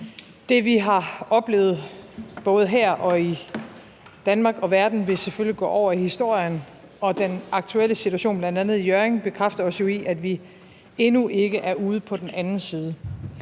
Det, vi har oplevet, både her i Danmark og i verden, vil selvfølgelig gå over i historien, og den aktuelle situation i bl.a. Hjørring bekræfter os jo i, at vi endnu ikke er ude på den anden side.